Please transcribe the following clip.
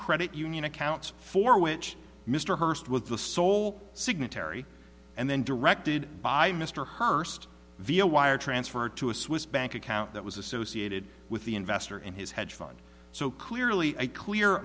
credit union accounts for which mr hurst was the sole signatory and then directed by mr hurst via wire transfer to a swiss bank account that was associated with the investor in his hedge fund so clearly a clear